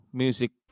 music